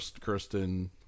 Kristen